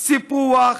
סיפוח,